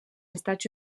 estats